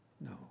no